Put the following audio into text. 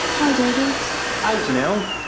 hi david. hi genelle.